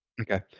Okay